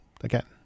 again